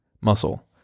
muscle